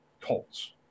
Colts